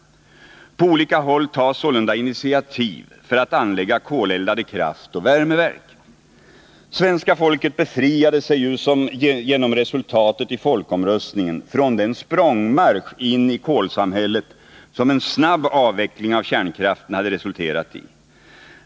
På olika håll tas sålunda initiativ för att anlägga koleldade kraftoch värmeverk. Svenska folket befriade sig ju genom utfallet av folkomröstningen från den språngmarsch in i kolsamhället som en snabb avveckling av kärnkraften hade resulterat i.